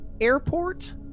airport